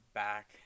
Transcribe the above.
back